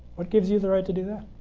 what gives you the right to do that?